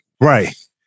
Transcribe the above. Right